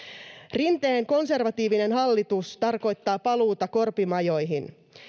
rinteen konservatiivinen hallitus tarkoittaa paluuta korpimajoihin